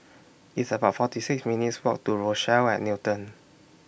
It's about forty six minutes' Walk to Rochelle At Newton